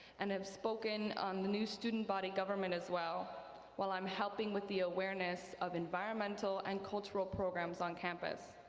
and have spoken on the news student body government as well while i'm helping with the awareness of environmental and cultural programs on campus.